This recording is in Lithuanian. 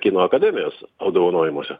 kino akademijos apdovanojimuose